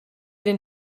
den